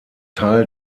teil